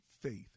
faith